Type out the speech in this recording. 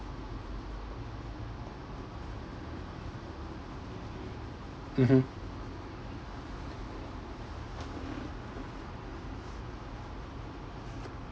mmhmm